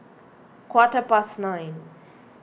quarter past nine